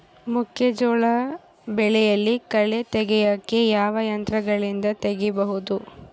ಮೆಕ್ಕೆಜೋಳ ಬೆಳೆಯಲ್ಲಿ ಕಳೆ ತೆಗಿಯಾಕ ಯಾವ ಯಂತ್ರಗಳಿಂದ ತೆಗಿಬಹುದು?